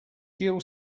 jill